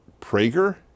Prager